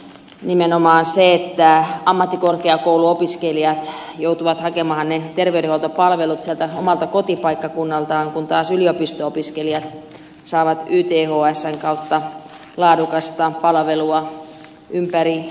nimenomaan ammattikorkeakouluopiskelijat joutuvat hakemaan ne terveydenhuoltopalvelut sieltä omalta kotipaikkakunnaltaan kun taas yliopisto opiskelijat saavat ythsn kautta laadukasta palvelua ympäri suomen